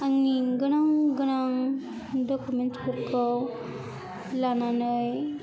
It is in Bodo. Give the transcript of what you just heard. आंनि गोनां गोनां डकुमेन्सफोरखौ लानानै